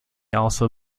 also